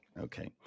Okay